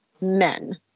men